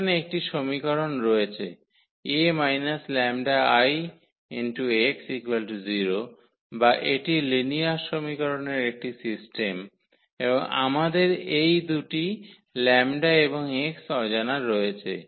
এখানে একটি সমীকরণ রয়েছে 𝐴 𝜆𝐼 𝑥 0 বা এটি লিনিয়ার সমীকরণের একটি সিস্টেম এবং আমাদের এই দুটি 𝜆 এবং x অজানা রয়েছে